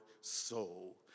soul